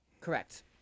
Correct